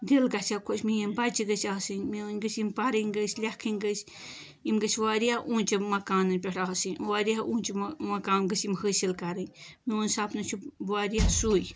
دِل گَژھِ ہا خۄش میٲنۍ بَچہِ گٔژھۍ آسٕنۍ میٲنۍ گٔژھۍ یِم پَرٕنۍ گٔژھۍ لیکھٕنۍ گٔژھۍ یِم گٔژھۍ واریاہ اونچہِ مکانن پٮ۪ٹھ آسٕنۍ واریاہ اونچہِ مَہ مقام گٔژھۍ یِم حٲصِل کَرٕنۍ میون سپنہٕ چھُ واریاہ سُے